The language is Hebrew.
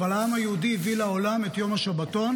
אבל העם היהודי הביא לעולם את יום השבתון.